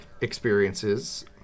Experiences